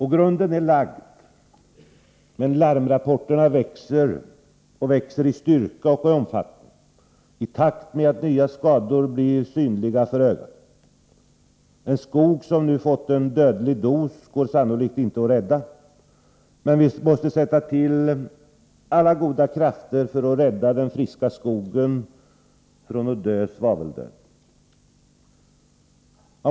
Grunden är lagd — men larmrapporterna växer i styrka och omfattning i takt med att nya skador blir synliga för ögat. Den skog som nu har fått en dödlig dos går sannolikt inte att rädda, men vi måste sätta till alla goda krafter för att rädda den friska skogen från att dö svaveldöden.